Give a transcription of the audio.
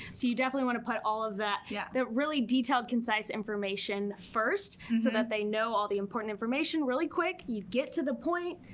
so you definitely wanna put all of that, yeah that really detailed, concise information first so that they know all the important information really quick. you get to the point.